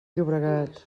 llobregat